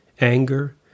anger